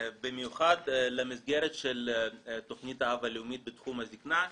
במיוחד למסגרת של תכנית אב לאומית בתחום הזקנה.